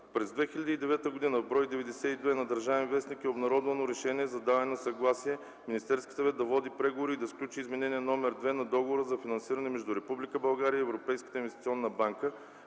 През 2009 г., в бр. 92 на Държавен вестник е обнародвано Решение за даване на съгласие Министерският съвет да води преговори и да сключи Изменение № 2 на Договора за финансиране между Република България и Европейската инвестиционна банка